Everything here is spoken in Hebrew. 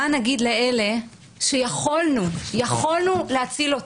מה נגיד לאלה שיכולנו להציל אותם?